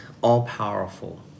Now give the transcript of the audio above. all-powerful